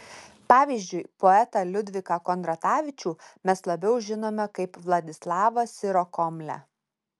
pavyzdžiui poetą liudviką kondratavičių mes labiau žinome kaip vladislavą sirokomlę